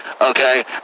okay